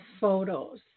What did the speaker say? photos